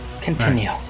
Continue